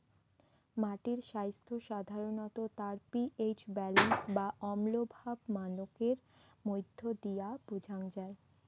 মাটির স্বাইস্থ্য সাধারণত তার পি.এইচ ব্যালেন্স বা অম্লভাব মানকের মইধ্য দিয়া বোঝাং যাই